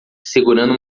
segurando